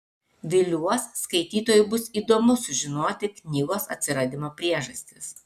viliuos skaitytojui bus įdomu sužinoti knygos atsiradimo priežastis